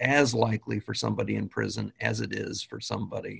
as likely for somebody in prison as it is for somebody